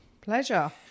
Pleasure